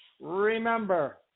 remember